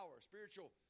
spiritual